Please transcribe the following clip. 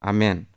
Amen